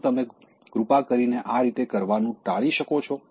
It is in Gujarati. શું તમે કૃપા કરીને આ રીતે કરવાનું ટાળી શકો છો